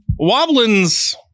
Wobblins